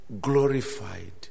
glorified